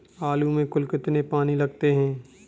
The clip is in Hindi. आलू में कुल कितने पानी लगते हैं?